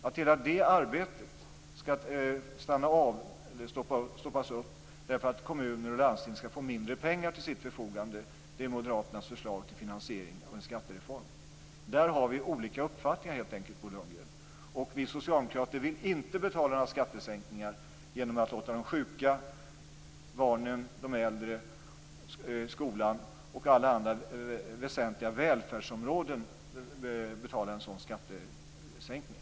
Att hela det arbetet skall stanna av eller stoppas upp därför att kommuner och landsting skall få mindre pengar till sitt förfogande är moderaternas förslag till finansiering av en skattereform. Där har vi helt enkelt olika uppfattningar, Bo Lundgren. Vi socialdemokrater vill inte låta de sjuka, barnen, de äldre, skolan och alla andra väsentliga välfärdsområden betala en sådan skattesänkning.